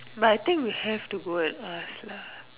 but I think we have to go at last lah